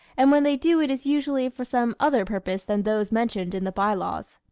and when they do it is usually for some other purpose than those mentioned in the by-laws.